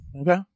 Okay